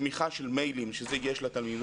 בתמיכה של מיילים שאת זה יש לתלמידות.